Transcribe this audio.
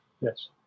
yes